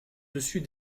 dessus